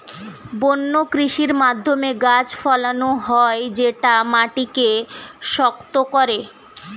বন্য কৃষির মাধ্যমে গাছ ফলানো হয় যেটা মাটিকে শক্ত করে